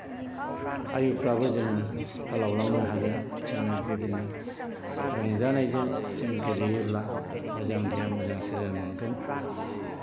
आयुफ्राबो जोङो फोलावलांनो हागोन जोङो बेबायदिनो रंजानायजों जों गेलेयोब्ला मोजां देहा मोजां सोलेर मोनगोन